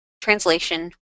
translation